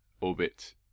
orbit